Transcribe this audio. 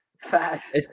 Facts